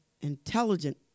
intelligent